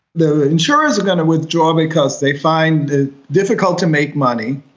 the insurers are going to withdraw because they find it difficult to make money,